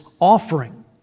offering